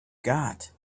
got